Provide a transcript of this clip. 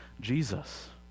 Jesus